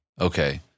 Okay